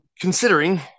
considering